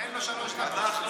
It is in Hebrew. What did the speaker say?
תן לו שלוש דקות.